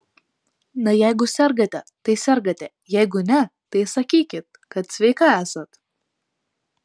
na jeigu sergate tai sergate jeigu ne tai sakykit kad sveika esat